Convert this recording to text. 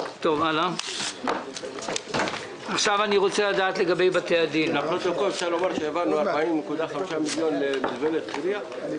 בשעה 11:46.